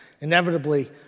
inevitably